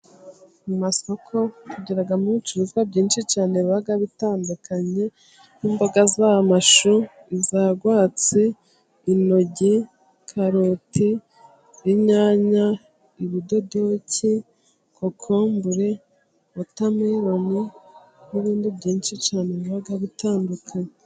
Mu masoko tugiramo ibicuruzwa byinshi cyane biba bitandukanye, n'imboga z'amashu, zarwatsi, intoryi, karoti, inyanya, ibidodoki, kokombure, wotameroni n'ibindi byinshi cyane biba bitandukanye.